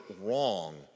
wrong